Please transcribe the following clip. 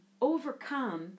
overcome